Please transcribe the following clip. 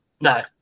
No